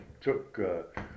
took